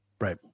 right